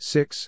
Six